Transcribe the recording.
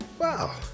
Wow